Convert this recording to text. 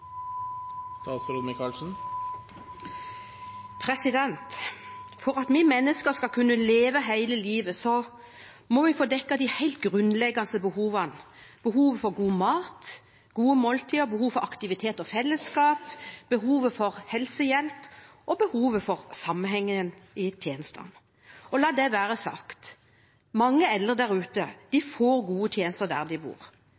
For at vi mennesker skal kunne leve hele livet, må vi få dekket de helt grunnleggende behovene – behovet for god mat og gode måltider, behovet for aktivitet og fellesskap, behovet for helsehjelp og behovet for sammenhengende tjenester. La det være sagt at mange eldre får gode tjenester der de bor,